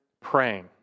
praying